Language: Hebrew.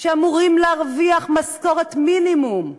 שאמורים להרוויח משכורת מינימום,